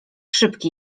szybki